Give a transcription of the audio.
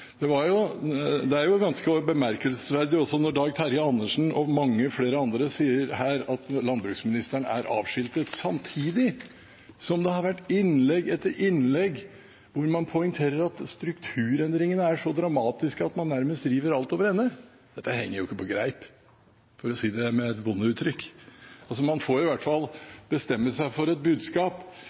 Det er ganske bemerkelsesverdig når Dag Terje Andersen og mange andre sier at landbruksministeren er avskiltet, samtidig som det har vært innlegg etter innlegg der man poengterer at strukturendringene er så dramatiske at man nærmest river alt over ende. Dette henger ikke på greip – for å si det med et bondeuttrykk. Man får i hvert fall bestemme seg for et budskap.